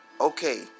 okay